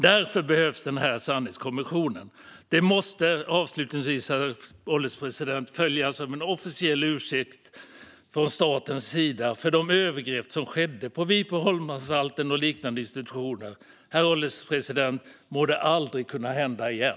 Därför behövs den här sanningskommissionen, herr ålderspresident, och den måste följas av en officiell ursäkt från statens sida för de övergrepp som skedde på Vipeholmsanstalten och liknande institutioner. Herr ålderspresident! Må det aldrig kunna hända igen.